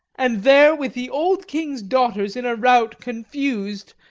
and there, with the old king's daughters, in a rout confused,